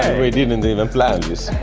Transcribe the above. we didn't and even plan this!